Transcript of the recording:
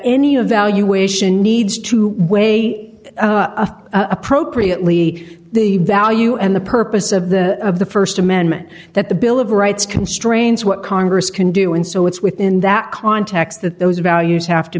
any a valuation needs to weigh appropriately the value and the purpose of the of the st amendment that the bill of rights constrains what congress can do and so it's within that context that those values have to